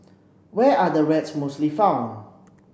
where are the rats mostly found